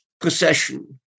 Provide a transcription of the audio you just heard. procession